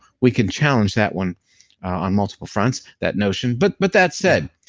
we can challenge that one on multiple fronts, that notion, but but that said,